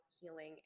healing